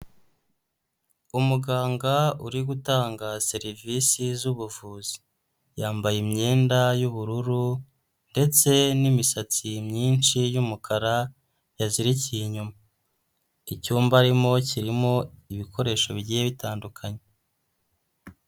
Umuganga uri gutanga serivisi z'ubuvuzi, yambaye imyenda y'ubururu ndetse n'imisatsi myinshi y'umukara yazirikiye inyuma, icyumba arimo kirimo ibikoresho bigiye bitandukanye.